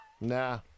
Nah